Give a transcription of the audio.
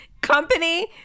company